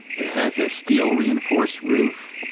it has a steel reinforced roof,